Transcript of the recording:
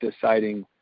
deciding